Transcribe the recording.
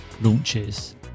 launches